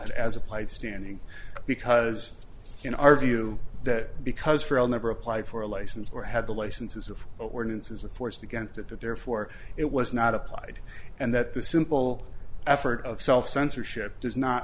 had as applied standing because in our view that because for all never applied for a license or had the licenses of awareness as a force against it that therefore it was not applied and that the simple effort of self censorship does not